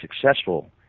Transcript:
successful